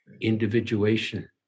Individuation